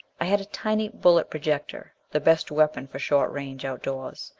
i had a tiny bullet projector, the best weapon for short range outdoors.